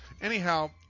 Anyhow